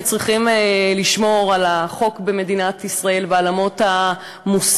כולנו צריכים לשמור על החוק במדינת ישראל ועל אמות המוסר.